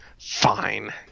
fine